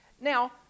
Now